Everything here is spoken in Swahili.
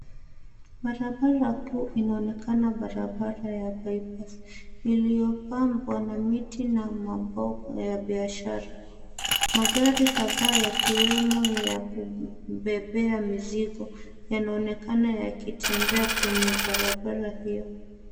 Barabara kuu inaonekana barabara ya Bypass lililopambwa na miti na mabango ya biashara. Magari kadhaa yakiwemo ya kubebea mizigo yanaonekana yakitembea kwenye barabara hiyo.